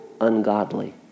ungodly